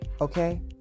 okay